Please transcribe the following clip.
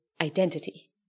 identity